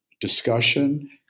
discussion